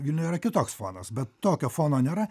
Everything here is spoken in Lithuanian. vilniuje yra kitoks fonas bet tokio fono nėra